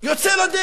יוצא לדרך.